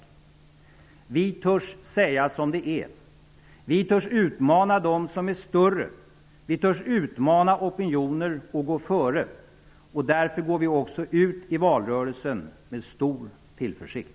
Vi törs säga som det är. Vi törs utmana dem som är större. Vi törs utmana opinioner och gå före. Därför går vi också ut i valrörelsen med stor tillförsikt.